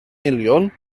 miliwn